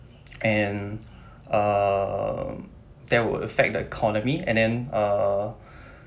and um that would affect the economy and then uh